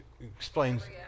explains